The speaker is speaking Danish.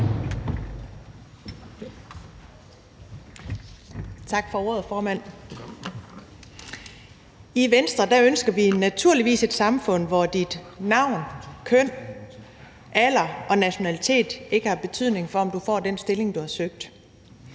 I Venstre ønsker vi naturligvis et samfund, hvor dit navn, dit køn, din alder og din nationalitet ikke har betydning for, om du får den stilling, du har søgt.